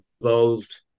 involved